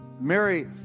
Mary